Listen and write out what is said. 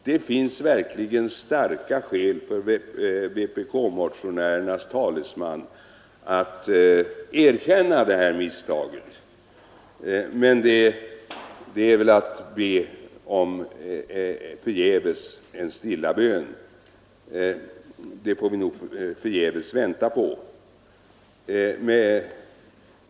Det finns verkligen starka skäl för vpk-motionärernas talesman att erkänna misstaget, men det får vi nog förgäves vänta på.